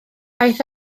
aeth